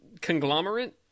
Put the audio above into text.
conglomerate